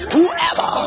Whoever